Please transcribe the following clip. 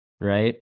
right